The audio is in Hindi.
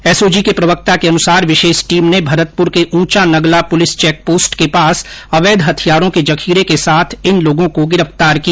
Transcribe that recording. एसओजी के प्रवक्ता के अनुसार विशेष टीम ने भरतपुर के ऊंचा नंगला पुलिस चेकपोस्ट के पास अवैध हथियारों के जखीरे के साथ इन लोगों को गिरफ़तार किया